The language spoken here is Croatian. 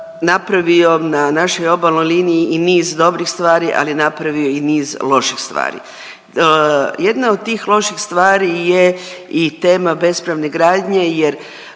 napravio na našoj obalnoj liniji i niz dobrih stvari, ali napravio je i niz loših stvari. Jedna od tih loših stvari je i tema bespravne gradnje jer